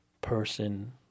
person